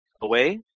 away